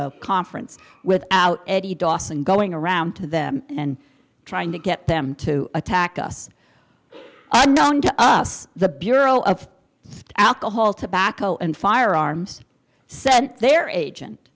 conference without eddie dawson going around to them and trying to get them to attack us i known to us the bureau of alcohol tobacco and firearms sent their agent